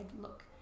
look